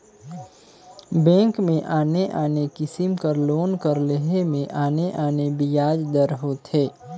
bank में आने आने किसिम कर लोन कर लेहे में आने आने बियाज दर होथे